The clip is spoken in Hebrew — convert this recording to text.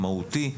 מהותי,